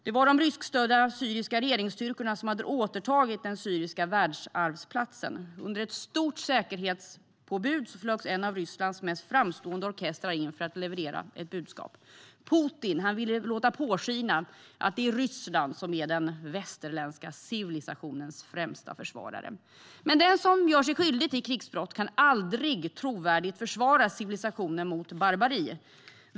Det var de ryskstödda syriska regeringsstyrkorna som hade återtagit den syriska världsarvsplatsen. Under ett stort säkerhetspådrag flögs en av Rysslands mest framstående orkestrar in för att leverera ett budskap. Putin ville låta påskina att det är Ryssland som är den västerländska civilisationens främsta försvarare. Men den som gör sig skyldig till krigsbrott kan aldrig trovärdigt försvara civilisationen mot barbari.